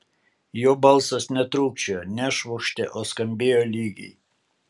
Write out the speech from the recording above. jo balsas netrūkčiojo nešvokštė o skambėjo lygiai